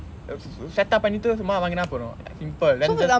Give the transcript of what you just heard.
set up மன்னிட்டு சும்மா வாங்குனா போதும்:pannittu summa vaangunaa pothum simple then just